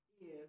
Yes